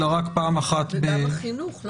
אלא רק פעם אחת --- וגם החינוך,